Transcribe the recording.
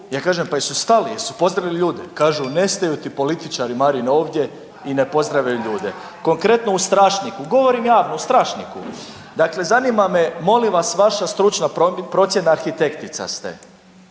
ja kažem pa jesu stali, jesu pozdravili ljudi, kažu, ne staju ti političari, Marine, ovdje i ne pozdrave ljude. Konkretno, u Strašniku, govorim javno, u Strašniku. Dakle zanima me, molim vas, vaša stručna procjena, arhitektica ste.